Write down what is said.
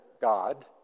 God